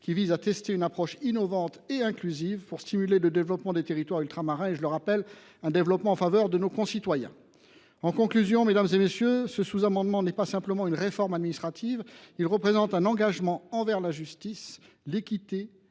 qui vise à tester une approche innovante et inclusive pour stimuler le développement des territoires ultramarins, dont je rappelle qu’il doit être en faveur de nos concitoyens. En conclusion, mes chers collègues, ce sous amendement n’est pas simplement une réforme administrative, il représente un engagement en matière de justice, d’équité